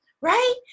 right